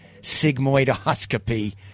sigmoidoscopy